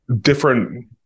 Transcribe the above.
different